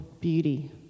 beauty